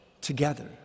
together